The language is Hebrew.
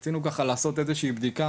אנחנו רצינו ככה לעשות איזו שהיא בדיקה,